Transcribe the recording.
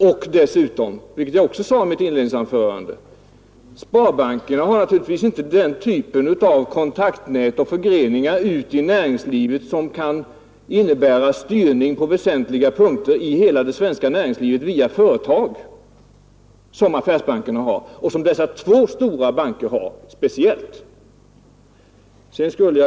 Dessutom, vilket jag också sade i mitt inledningsanförande, har sparbankerna naturligtvis inte ett kontaktnät och förgreningar som kan innebära styrning på väsentliga punkter i hela det svenska näringslivet, vilket ju affärsbankerna har och speciellt dessa två stora banker.